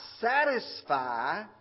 satisfy